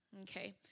Okay